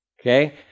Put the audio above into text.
okay